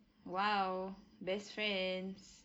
!wow! best friends